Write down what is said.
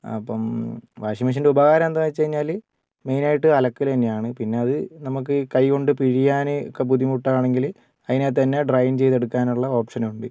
അപ്പം വാഷിംഗ് മെഷീനിൻ്റെ ഉപകാരം എന്താണെന്ന് വെച്ചുകഴിഞ്ഞാൽ മെയിൻ ആയിട്ട് അലക്കൽ തന്നെ ആണ് പിന്ന അത് നമ്മൾക്ക് കൈ കൊണ്ട് പിഴിയാൻ ഒക്കെ ബുദ്ധിമുട്ട് ആണെങ്കിൽ അതിനകത്തു തന്നെ ഡ്രയിൻ ചെയ്ത് എടുക്കാൻ ഉള്ള ഓപ്ഷനും ഉണ്ട്